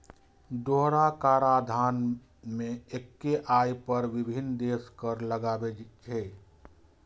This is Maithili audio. दोहरा कराधान मे एक्के आय पर विभिन्न देश कर लगाबै छै